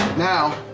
now,